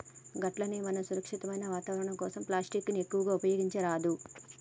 గట్లనే మనం సురక్షితమైన వాతావరణం కోసం ప్లాస్టిక్ ని ఎక్కువగా ఉపయోగించరాదు